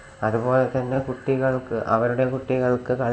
അതുപോലെ തന്നെ കുട്ടികൾക്ക് അവരുടെ കുട്ടികൾക്ക് കളി